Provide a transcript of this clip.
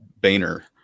Boehner